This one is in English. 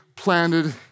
planted